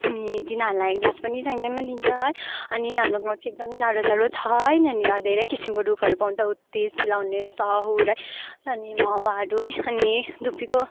अनि तिनीहरूलाई घाँस पनि टाइम टाइममा दिन्छ है अनि हाम्रो गाउँ चाहिँ एकदम जाडो जाडो छ है यहाँनिर धेरै किसिमको रुखहरू पाउँछ उत्तिस चिलाउने सउर अनि मौवाहरू अनि धुपीको